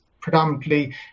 predominantly